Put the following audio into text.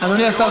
אדוני השר,